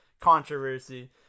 controversy